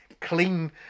clean